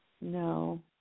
No